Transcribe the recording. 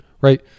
right